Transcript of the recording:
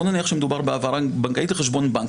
בוא נניח שמדובר בהעברה בנקאית לחשבון בנק,